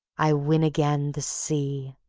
i win again the sea,